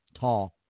tall